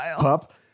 pup